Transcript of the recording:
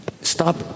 stop